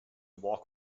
walk